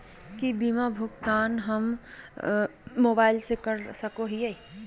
की बीमा के भुगतान हम मोबाइल से कर सको हियै?